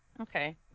Okay